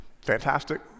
Fantastic